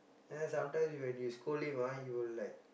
then sometimes when you scold him ah he will like